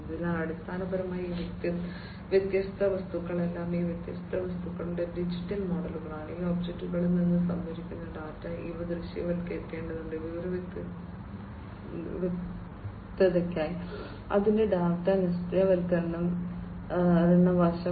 അതിനാൽ അടിസ്ഥാനപരമായി ഈ വ്യത്യസ്ത വസ്തുക്കളെല്ലാം ഈ വ്യത്യസ്ത വസ്തുക്കളുടെ ഡിജിറ്റൽ മോഡലുകൾ ഈ ഒബ്ജക്റ്റുകളിൽ നിന്ന് സംഭരിക്കുന്ന ഡാറ്റ ഇവ ദൃശ്യവൽക്കരിക്കേണ്ടതുണ്ട് വിവര വ്യക്തതയ്ക്കായി അതിന്റെ ഡാറ്റ ദൃശ്യവൽക്കരണ വശം